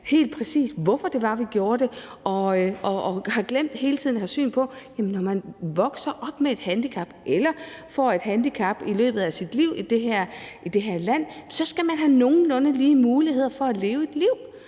helt præcis hvorfor det var, vi gjorde det, og vi har glemt hele tiden at have fokus på, at man, når man i det her land vokser op med et handicap eller man i løbet af sit liv får et handicap, så skal have nogenlunde lige muligheder for at leve et liv